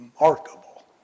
remarkable